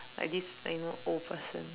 like this like you know old person